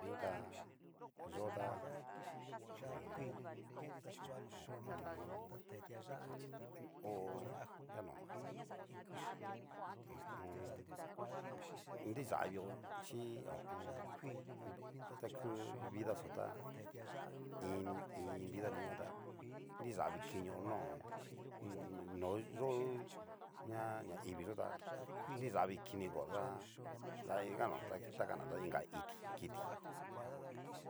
Noi ta xota ho o on. ho o on. hó, yanó ho o on. nriyavio chí ho o on. takú, vidaxo tá ini iin vida ni nguan ta nriyavii kinio nó, no yói ña ña ivii yó tá nriñavikingo da nradikano da inga iki kiti.